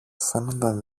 φαίνουνταν